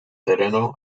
terreno